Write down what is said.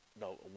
No